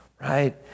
right